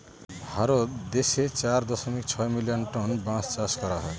ভারত দেশে চার দশমিক ছয় মিলিয়ন টন বাঁশ চাষ করা হয়